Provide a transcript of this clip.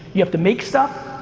you have to make stuff.